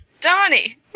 Donnie